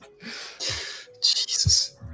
Jesus